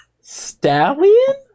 stallion